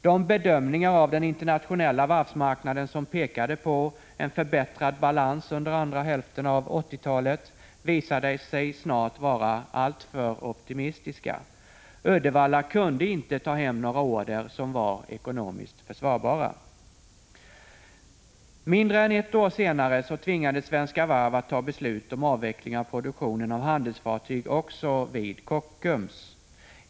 De bedömningar av den internationella varvsmarknaden som pekade på en förbättrad balans under andra hälften av 80-talet visade sig snart vara alltför optimistiska. Uddevallavarvet kunde inte ta hem någon order som var ekonomiskt försvarbar. Mindre än ett år senare tvingades Svenska Varv att besluta om avveckling av produktionen av handelsfartyg också vid Kockums.